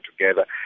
together